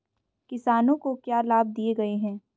किसानों को क्या लाभ दिए गए हैं?